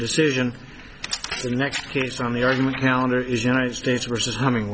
decision the next case on the argument calendar is united states versus humming